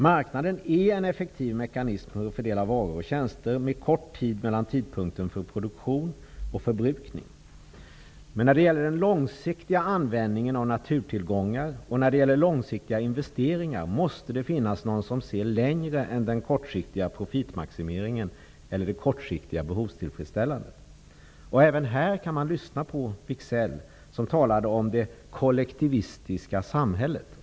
Marknaden är en effektiv mekanism för att fördela varor och tjänster med kort tid mellan tidpunkten för produktion och förbrukning, men när det gäller den långsiktiga användningen av naturtillgångar och när det gäller långsiktiga investeringar måste det finnas någon som ser längre än till den kortsiktiga profitmaximeringen eller det kortsiktiga behovstillfredsställandet. Även här kan man lyssna på Wicksell, som talade om det kollektivistiska samhället.